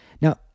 Now